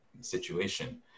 situation